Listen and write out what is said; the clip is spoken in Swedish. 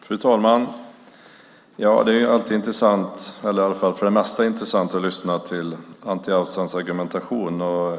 Fru talman! Det är för det mesta intressant att lyssna till Anti Avsans argumentation.